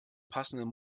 passenden